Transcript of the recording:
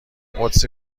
قدسی